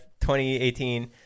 2018